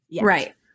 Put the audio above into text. Right